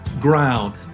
ground